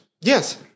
Yes